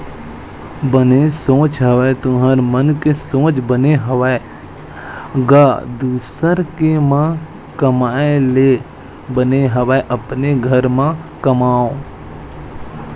बने सोच हवस तुँहर मन के सोच बने हवय गा दुसर के म कमाए ले बने हवय अपने घर म कमाओ